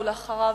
ואחריו,